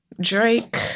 Drake